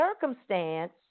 circumstance